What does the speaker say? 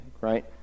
right